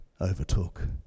overtook